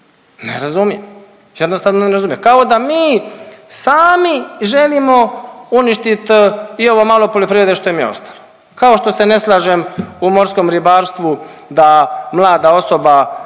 Ne razumijem, jednostavno ne razumijem. Kao da mi sami želimo uništiti i ovo malo poljoprivrede što im je ostalo. Kao što se ne slažem u morskom ribarstvu da mlada osoba